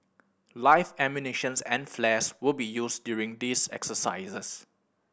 life ammunitions and flares will be used during these exercises